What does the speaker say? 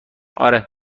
آره